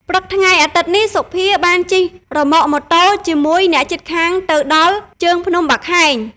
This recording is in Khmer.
ព្រឹកថ្ងៃអាទិត្យនេះ សុភាបានជិះរឺម៉កម៉ូតូជាមួយអ្នកជិតខាងទៅដល់ ជើងភ្នំបាខែង ។